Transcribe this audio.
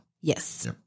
Yes